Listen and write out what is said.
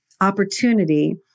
opportunity